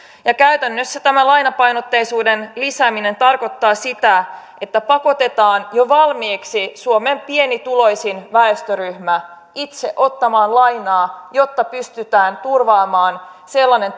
käytännössä tämä lainapainotteisuuden lisääminen tarkoittaa sitä että pakotetaan jo valmiiksi suomen pienituloisin väestöryhmä itse ottamaan lainaa jotta pystytään turvaamaan sellainen